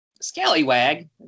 Scallywag